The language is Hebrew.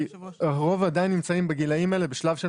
הרוב עדיין נמצאים בגילאים האלה בשלב של